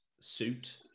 suit